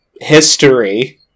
history